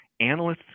analysts